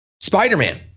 spider-man